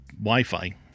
Wi-Fi